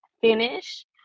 finish